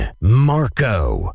Marco